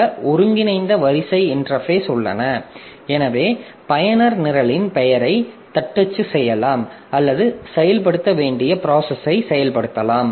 சில ஒருங்கிணைந்த வரிசை இன்டெர்பேஸ் உள்ளன எனவே பயனர் நிரலின் பெயரை தட்டச்சு செய்யலாம் அல்லது செயல்படுத்த வேண்டிய ப்ராசஸை செயல்படுத்தலாம்